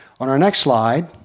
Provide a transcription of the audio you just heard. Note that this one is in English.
on our next slide